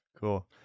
Cool